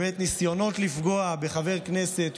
ניסיונות לפגוע בחבר כנסת,